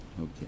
Okay